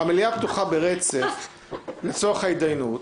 אנחנו אומרים שהמליאה פתוחה ברצף לצורך ההידיינות.